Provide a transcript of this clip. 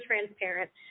transparent